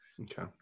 Okay